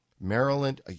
Maryland